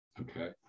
okay